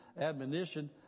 admonition